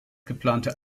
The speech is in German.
geplante